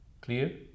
clear